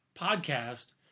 podcast